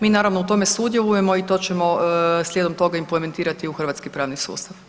Mi naravno u tome sudjelujemo i to ćemo slijedom toga implementirati u hrvatski pravni sustav.